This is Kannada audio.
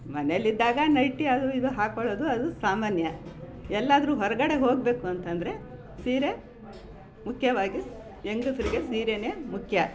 ಮನೇಲಿದ್ದಾಗ ನೈಟಿ ಅದು ಇದು ಹಾಕೊಳ್ಳೋದು ಅದು ಸಾಮಾನ್ಯ ಎಲ್ಲಾದರೂ ಹೊರಗಡೆ ಹೋಗಬೇಕು ಅಂತಂದರೆ ಸೀರೆ ಮುಖ್ಯವಾಗಿ ಹೆಂಗಸ್ರಿಗೆ ಸೀರೆಯೇ ಮುಖ್ಯ